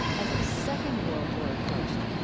as the second world war approached,